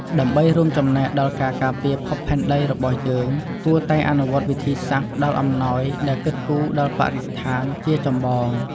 ដើម្បីរួមចំណែកដល់ការការពារភពផែនដីរបស់យើងគួរតែអនុវត្តវិធីសាស្រ្តផ្តល់អំណោយដែលគិតគូរដល់បរិស្ថានជាចម្បង។